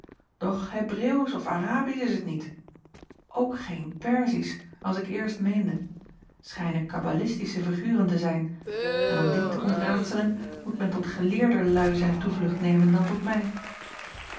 doch ebreeuwsch of rabisch is het niet ook geen erzisch als ik eerst meende t schijnen kabbalistische figuren te zijn en om die te ontraadselen moet men tot geleerder luî zijn toevlucht nemen dan tot mij